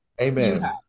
Amen